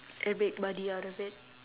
and make money out of it